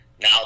Now